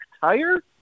tire